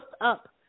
up